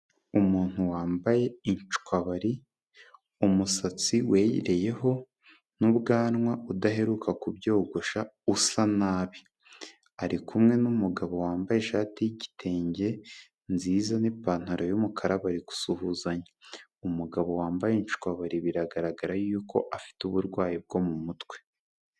Umuntu wambaye inshwabari, umusatsi wereyeho n'ubwanwa udaheruka kubyogosha, usa nabi ari kumwe n'umugabo wambaye ishati y'igitenge nziza n'ipantaro y'umukara, bari gusuhuzanya, umugabo wambaye inshwabari biragaragara yuko afite uburwayi bwo mu mutwe.